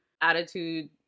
attitude